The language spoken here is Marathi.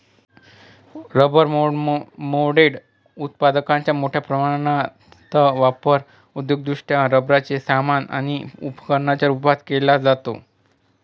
रबर मोल्डेड उत्पादकांचा मोठ्या प्रमाणात वापर औद्योगिकदृष्ट्या रबराचे सामान आणि उपकरणांच्या रूपात केला जातो